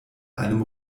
einem